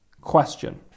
question